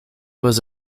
was